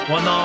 One